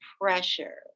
pressure